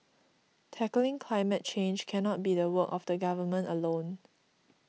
tackling climate change cannot be the work of the government alone